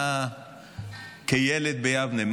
כילד ביבנה,